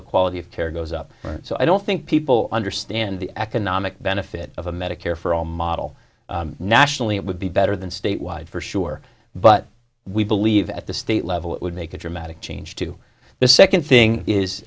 the quality of care goes up so i don't think people understand the economic benefit of a medicare for all model nationally it would be better than state wide for sure but we believe at the state level it would make a dramatic change to the second thing